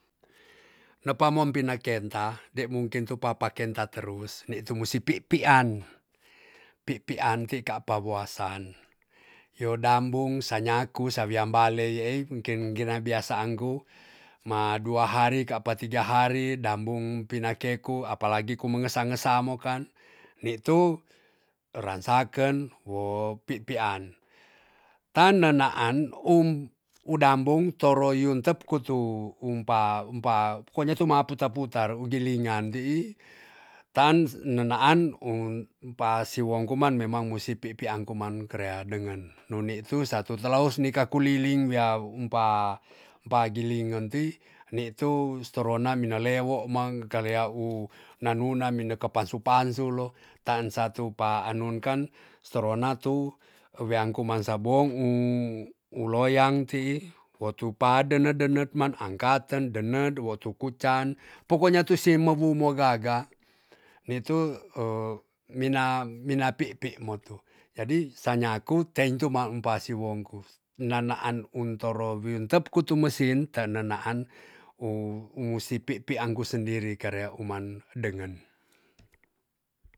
Ne pamon pina kenta, dei mungkin papakenta terus ni tu musi pi' pi'an. pi' pi' an ti kapa weas san. yo dambung sa nyaku sa wiam bale yeei ken gena biasaanku ma dua hari kapa da tiga hari dambung pinakeku apalagi ku mengesa ngesa mo kan ni tu ransaken wo pi pian. tan nenaan um u dambung toro yuntep kutu umpa- umpa konya tu ma putar putar u gilingan ti'i. tan nenaan un pa siwon koman memang musi pi pian kuman kerea dengen. nuni tu sa tu telaos nika kuliling wia umpa gilingen ti. nitu torona wina lewo mang karea u nanuna minekep pansu pansulo tan satu pa anun kan serona tu wean kuman sabong um u loyang ti'i, wo tu dene denekman angkaten dene won tu kucan pokonya tu simewu mo gaga ni tu mina- mina pi'pi mo tu. jadi sa nyaku teintuma um pa siwongku. nanaan un toro wintep kutu mesin tenenaan u umusi pi' pian kusendiri kare uman dengen